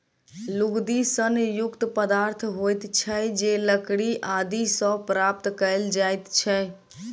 लुगदी सन युक्त पदार्थ होइत छै जे लकड़ी आदि सॅ प्राप्त कयल जाइत छै